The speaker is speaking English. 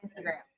Instagram